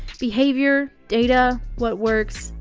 behavior. data. what works.